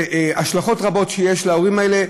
השלכות רבות על הורים האלה.